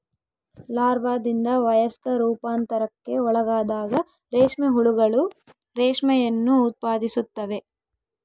ಲಾರ್ವಾದಿಂದ ವಯಸ್ಕ ರೂಪಾಂತರಕ್ಕೆ ಒಳಗಾದಾಗ ರೇಷ್ಮೆ ಹುಳುಗಳು ರೇಷ್ಮೆಯನ್ನು ಉತ್ಪಾದಿಸುತ್ತವೆ